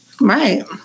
Right